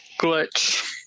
Glitch